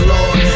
Lord